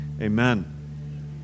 Amen